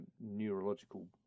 neurological